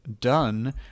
done